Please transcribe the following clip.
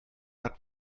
hat